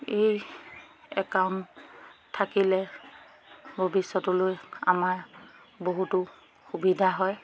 এই একাউণ্ট থাকিলে ভৱিষ্যতলৈ আমাৰ বহুতো সুবিধা হয়